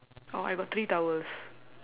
oh I got three towels